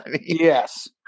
Yes